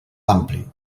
ampli